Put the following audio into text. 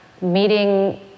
meeting